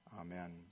Amen